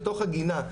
לתוך הגינה,